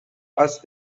اسب